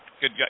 good